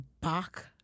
back